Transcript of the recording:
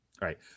Right